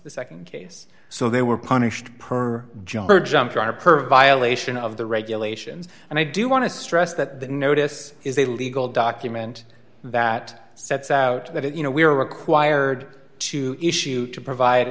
the nd case so they were punished per job or jumped or per violation of the regulations and i do want to stress that the notice is a legal document that sets out that it you know we are required to issue to provide